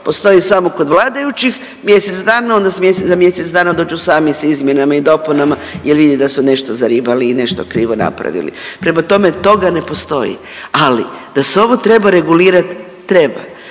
Postoji samo kod vladajućih mjesec dana, onda za mjesec dana dođu sami sa izmjenama i dopunama jel vide da su nešto zaribali i nešto krivo napravili, prema tome toga ne postoji, ali da se ovo treba regulirat treba,